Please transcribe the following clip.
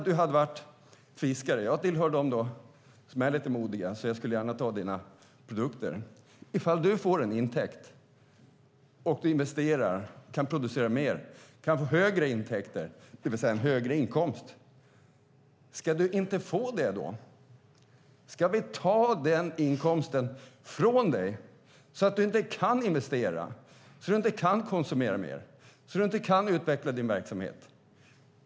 Om du hade varit fiskare - jag tillhör dem som är lite modiga så jag skulle gärna ta emot dina produkter - och fått en intäkt som du investerar för att kunna producera mer, få högre intäkter, det vill säga en högre inkomst, ska du inte få det då? Ska vi ta den inkomsten från dig så att du inte kan investera, så att du inte kan konsumera mer, så att du inte kan utveckla din verksamhet?